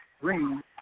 Green